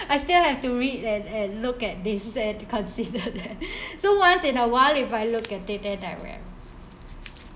I still have to read and and look at these and consider that so once in a while if I look at data diagram no no